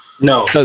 no